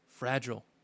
Fragile